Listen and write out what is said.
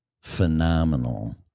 phenomenal